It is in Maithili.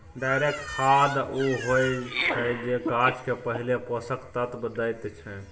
डायरेक्ट खाद उ होइ छै जे गाछ केँ पहिल पोषक तत्व दैत छै